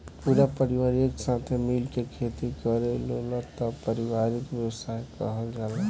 पूरा परिवार एक साथे मिल के खेती करेलालो तब पारिवारिक व्यवसाय कहल जाला